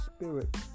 spirit